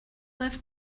liv